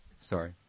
Sorry